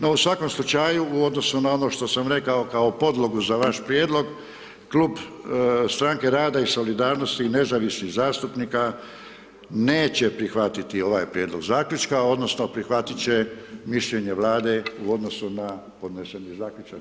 No, u svakom slučaju, u odnosu na ono što sam rekao kao podlogu za vaš prijedlog, Klub Stranke rada i solidarnosti i Nezavisnih zastupnika neće prihvatiti ovaj prijedlog zaključka odnosno prihvatit će mišljenje Vlade u odnosu na podneseni zaključak.